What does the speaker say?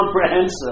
comprehensive